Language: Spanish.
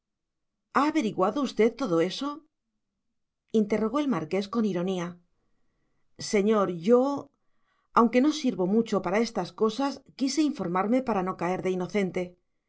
ha averiguado usted todo eso interrogó el marqués con ironía señor yo aunque no sirvo mucho para estas cosas quise informarme para no caer de inocente